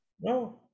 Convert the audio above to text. No